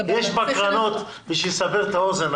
זה גם יחסוך לכם את הזמן לחפש את אותם אלה שילכו לעולמם כי